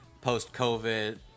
post-COVID